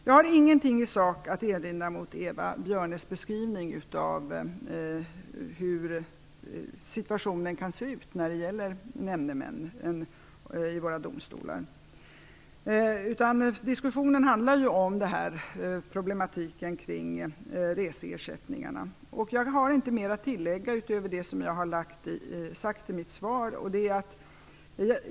Jag har ingenting i sak att erinra mot Eva Björnes beskrivning av hur situationen kan se ut när det gäller nämndemän i våra domstolar. Diskussionen handlar ju om problematiken kring reseersättningarna. Jag har inte något att tillägga utöver det som jag sagt i mitt svar.